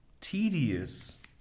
tedious